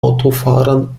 autofahrern